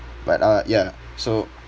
but uh ya so